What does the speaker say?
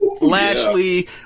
Lashley